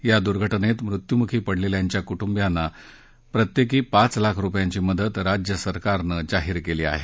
या दूर्घटनेत मृत्यूमुखी पडलेल्यांच्या कूट्बाना प्रत्येकी पाच लाख रुपयांची मदत राज्यसरकारनं जाहीर केली आहे